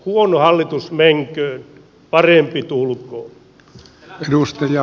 huono hallitus menköön parempi tulkoon